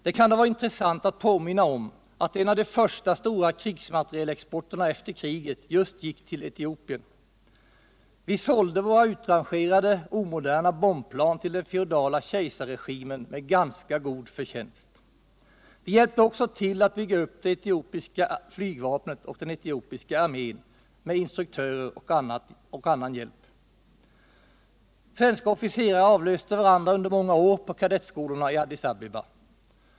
Det kan då vara intressant att påminna om att en av de första stora krigsmaterielexporterna efter kriget just gick till Etiopien. vi sålde våra utrangerade, omoderna bombplan till den feodala kejsarregimen med ganska god förtjänst. Vi hjälpte också till att bygga upp det etiopiska flygvapnet och armén med instruktörer och annat. Svenska officerare avlöste varandra under många år på kadettskolorna i Addis Abeba.